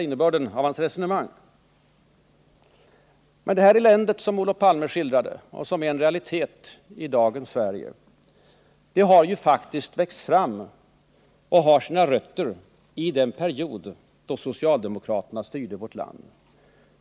Men det elände som Olof Palme skildrade och som är en realitet i dagens Sverige har ju faktiskt växt fram och har sina rötter i den period då socialdemokraterna styrde vårt land.